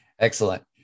Excellent